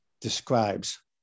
describes